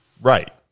Right